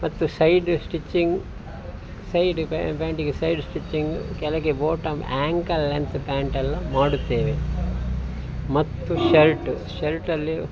ಮತ್ತು side stitching side ಪ್ಯಾಂಟಿಗೆ side stitching ಕೆಳಗೆ ಬಾಟಮ್ ಆ್ಯಂಕಲ್ ಲೆಂತ್ ಪ್ಯಾಂಟೆಲ್ಲ ಮಾಡುತ್ತೇವೆ ಮತ್ತು ಶರ್ಟು ಶರ್ಟಲ್ಲಿ